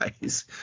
guys